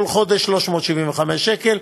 כל חודש 375 שקל,